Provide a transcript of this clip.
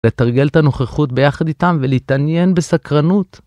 לתרגל את הנוכחות ביחד איתם ולהתעניין בסקרנות.